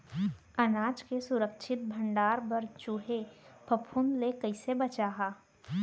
अनाज के सुरक्षित भण्डारण बर चूहे, फफूंद ले कैसे बचाहा?